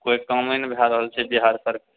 कोई कामे नहि भए रहल छै बिहार सर